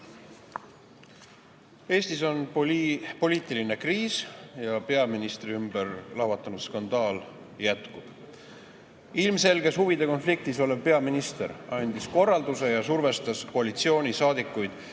Eestis on poliitiline kriis ja peaministri ümber lahvatanud skandaal jätkub. Ilmselges huvide konfliktis olev peaminister andis korralduse ja survestas koalitsioonisaadikuid